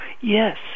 Yes